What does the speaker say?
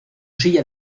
silla